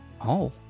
Oh